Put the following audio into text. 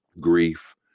grief